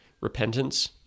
Repentance